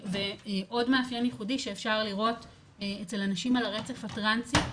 עוד מאפיין ייחודי שאפשר לראות אצל אנשים על הרצף הטראנסי,